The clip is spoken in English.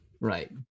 Right